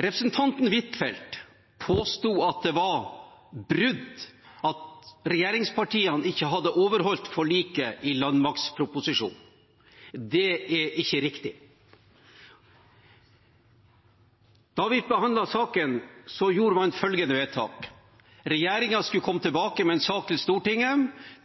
Representanten Huitfeldt påsto at det var et brudd, at regjeringspartiene ikke hadde overholdt forliket i landmaktsproposisjonen. Det er ikke riktig. Da vi behandlet saken, gjorde man følgende vedtak: Regjeringen skulle komme tilbake med en sak til Stortinget